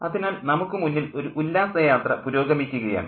അതിനാൽ നമുക്കു മുന്നിൽ ഒരു ഉല്ലാസ യാത്ര പുരോഗമിക്കുകയാണ്